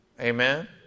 Amen